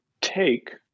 take